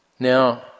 Now